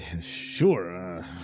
sure